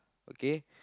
okay